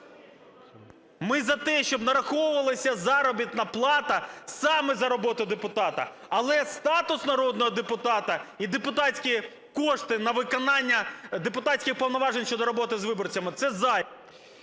Ми за те, щоб нараховувалася заробітна плата саме за роботу депутата. Але статус народного депутата і депутатські кошти на виконання депутатських повноважень щодо роботи з виборцями - це ….